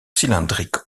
cylindrique